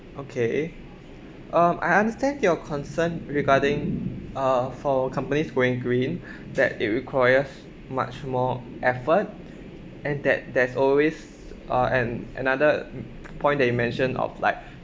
okay um I understand your concern regarding uh for companies going green that it requires much more effort and that there's always uh and another point that you mention of like